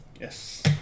Yes